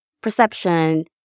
perception